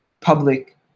public